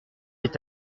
est